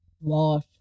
wash